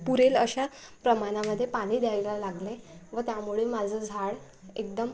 पुरेल अशा प्रमाणामध्ये पाणी द्यायला लागले व त्यामुळे माझं झाड एकदम